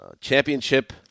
Championship